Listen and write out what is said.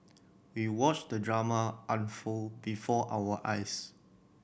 we watched the drama unfold before our eyes